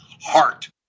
heart